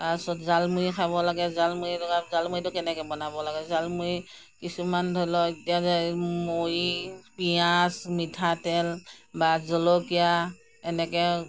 তাৰপিছত জালমুড়ী খাব লাগে জালমুড়ীটো কেনেকৈ বনাব লাগে জালমুড়ী কিছুমান ধৰি লওক এতিয়া যে মুড়ী পিঁয়াজ মিঠাতেল বা জলকীয়া এনেকৈ